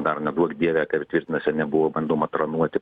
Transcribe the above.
dar neduok dieve kad tvirtinasi ar nebuvo bandoma taranuoti